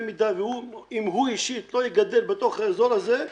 במידה והוא אישית לא יגדל בתוך האזור הזה,